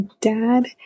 dad